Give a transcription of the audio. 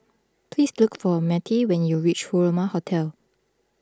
please look for Mattye when you reach Furama Hotel